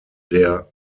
der